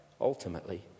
ultimately